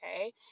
okay